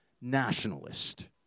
nationalist